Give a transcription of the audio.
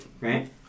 right